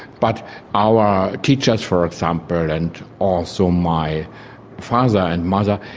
but our teachers, for example, and also my father and mother,